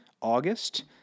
August